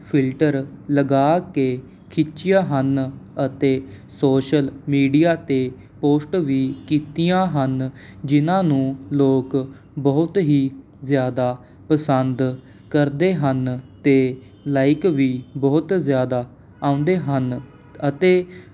filter ਲਗਾ ਕੇ ਖਿੱਚੀਆਂ ਹਨ ਅਤੇ ਸੋਸ਼ਲ ਮੀਡੀਆ 'ਤੇ ਪੋਸਟ ਵੀ ਕੀਤੀਆਂ ਹਨ ਜਿਨ੍ਹਾਂ ਨੂੰ ਲੋਕ ਬਹੁਤ ਹੀ ਜ਼ਿਆਦਾ ਪਸੰਦ ਕਰਦੇ ਹਨ ਅਤੇ ਲਾਈਕ ਵੀ ਬਹੁਤ ਜ਼ਿਆਦਾ ਆਉਂਦੇ ਹਨ ਅਤੇ